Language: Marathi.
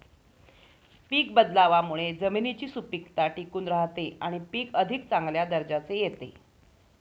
पीक बदलावामुळे जमिनीची सुपीकता टिकून राहते आणि पीक अधिक चांगल्या दर्जाचे येते